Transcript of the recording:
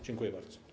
Dziękuję bardzo.